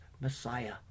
Messiah